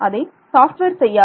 அதை சாஃப்ட்வேர் செய்யாது